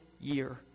year